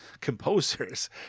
composers